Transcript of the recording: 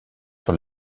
sur